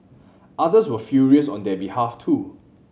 others were furious on their behalf too